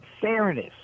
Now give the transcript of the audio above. fairness